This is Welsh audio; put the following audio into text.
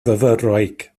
fyfyrwraig